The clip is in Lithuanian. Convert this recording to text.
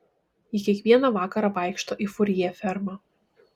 ji kiekvieną vakarą vaikšto į furjė fermą